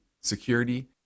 security